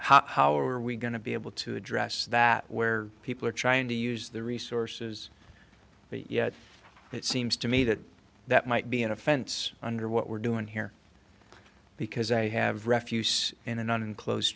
out how are we going to be able to address that where people are trying to use the resources but it seems to me that that might be an offense under what we're doing here because i have refugees in an enclosed